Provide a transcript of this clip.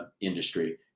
industry